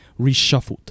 reshuffled